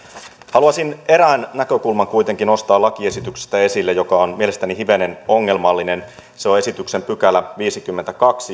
haluaisin erään näkökulman kuitenkin nostaa lakiesityksestä esille joka on mielestäni hivenen ongelmallinen se on esityksen viideskymmenestoinen pykälä